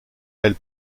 elle